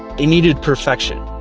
they needed perfection,